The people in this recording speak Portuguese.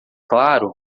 claro